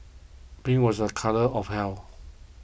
pink was a colour of health